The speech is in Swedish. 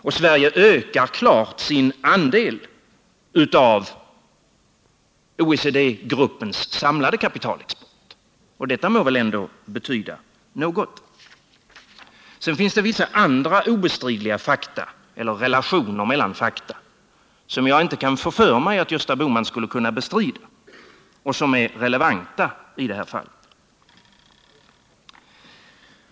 Och Sverige ökar klart sin andel av OECD-gruppens samlade kapitalexport — och detta må väl ändå betyda något. Sedan finns det vissa andra obestridliga fakta eller relationer mellan fakta som jag inte kan få för mig att Gösta Bohman skulle kunna bestrida och som är relevanta i det här fallet.